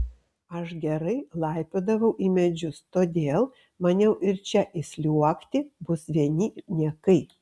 aš gerai laipiodavau į medžius todėl maniau ir čia įsliuogti bus vieni niekai